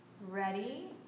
Ready